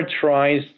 tries